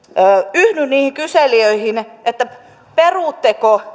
yhdyn niihin kyselijöihin perutteko